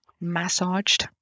massaged